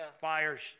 buyer's